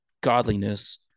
godliness